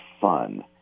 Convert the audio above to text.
fun